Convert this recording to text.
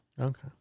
Okay